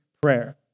prayer